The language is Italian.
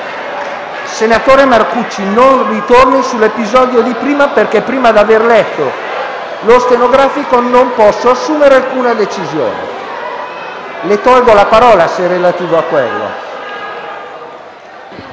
Senatore Marcucci, non ritorni sull'episodio di prima, perché prima di aver letto il Resoconto stenografico, non posso assumere alcuna decisione. Le tolgo la parola se il suo